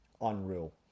Unreal